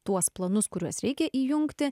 tuos planus kuriuos reikia įjungti